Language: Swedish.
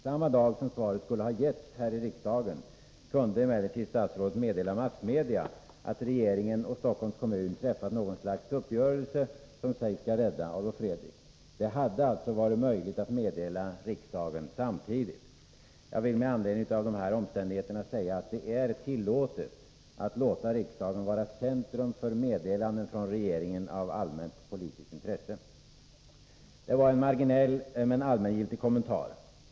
Samma dag som svaret skulle ha lämnats här i riksdagen kunde emellertid statsrådet meddela massmedia att regeringen och Stockholms kommun träffat något slags uppgörelse, som skulle rädda Adolf Fredrik. Det hade alltså varit möjligt att meddela riksdagen samtidigt. Jag vill med anledning av dessa omständigheter säga att det är tillåtet att låta riksdagen vara centrum för meddelanden från regeringen av allmänt politiskt intresse. Detta var en marginell men allmängiltig kommentar.